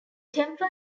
temple